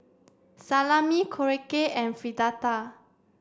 Salami Korokke and Fritada